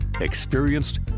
experienced